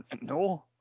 No